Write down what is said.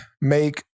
make